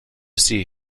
see